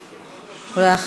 בבקשה, שלוש דקות לרשותך.